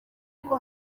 kuko